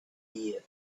ear